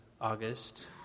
August